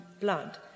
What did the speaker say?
blood